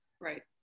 Right